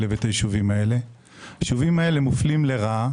היישובים האלה מופלים לרעה